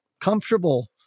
comfortable